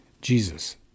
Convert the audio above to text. Jesus